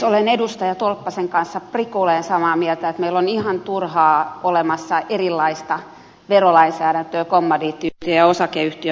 olen edustaja tolppasen kanssa prikulleen samaa mieltä että meillä on ihan turhaan olemassa erilaista verolainsäädäntöä kommandiittiyhtiössä ja osakeyhtiössä